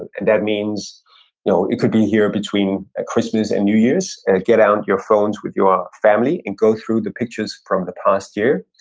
and and that means you know it could be here between christmas and new years and get out your phones with your family and go through the pictures from the past year,